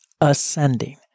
ascending